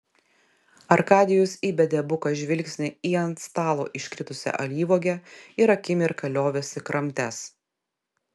arkadijus įbedė buką žvilgsnį į ant stalo iškritusią alyvuogę ir akimirką liovėsi kramtęs